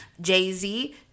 Jay-Z